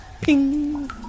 Ping